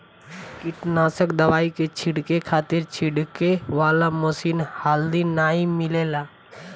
कीटनाशक दवाई के छींटे खातिर छिड़के वाला मशीन हाल्दी नाइ मिलेला